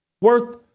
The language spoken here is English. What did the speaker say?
worth